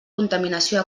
contaminació